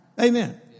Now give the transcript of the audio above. Amen